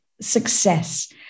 success